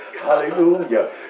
Hallelujah